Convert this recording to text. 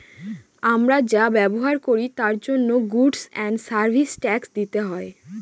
আমরা যা ব্যবহার করি তার জন্য গুডস এন্ড সার্ভিস ট্যাক্স দিতে হয়